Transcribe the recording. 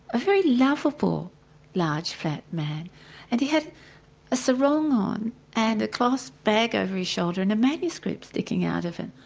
a very lovable large fat man and had a sarong on and a cloth bag over his shoulder and a manuscript sticking out of it.